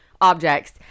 objects